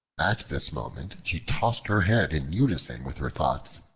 at this moment she tossed her head in unison with her thoughts,